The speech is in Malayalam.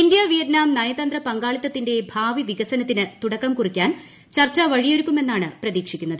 ഇന്ത്യ വിയറ്റ്നാം നയതന്ത്ര പങ്കാളിത്തത്തിള്ള് ഭൂപി വികസനത്തിന് തുടക്കം കുറിക്കാൻ ചർച്ച വഴിയൊരുക്കുമെന്നുട്ങ് പ്രതീക്ഷിക്കുന്നത്